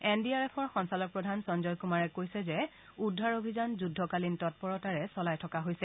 N D R এফৰ সঞ্চালক প্ৰধান সঞ্চয় কুমাৰে কয় যে উদ্ধাৰ অভিযান যুদ্ধকালীন তৎপৰতাৰে চলাই থকা হৈছে